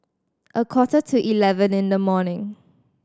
a quarter to eleven in the morning